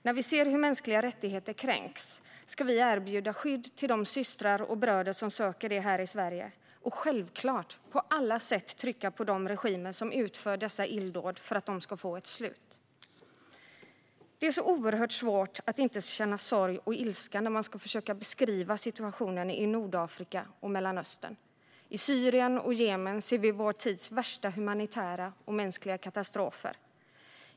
När vi ser hur mänskliga rättigheter kränks ska vi erbjuda skydd till de systrar och bröder som söker det här i Sverige och självklart på alla sätt trycka på de regimer som utför dessa illdåd för att de ska få ett slut. Det är så oerhört svårt att inte känna sorg och ilska när man ska försöka beskriva situationen i Nordafrika och Mellanöstern. I Syrien och Jemen ser vi vår tids värsta humanitära och mänskliga katastrofer.